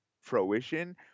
fruition